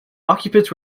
occupants